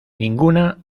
ninguna